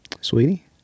sweetie